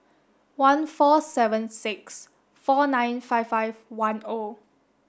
one four seven six four nine five five one O